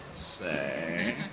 say